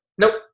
nope